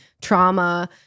trauma